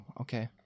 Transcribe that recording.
okay